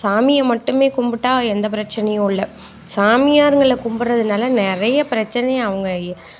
சாமியை மட்டுமே கும்பிட்டா எந்த பிரச்சனையும் இல்லை சாமியார்ங்களை கும்பிடுறதனால நிறையா பிரச்சனை அவங்க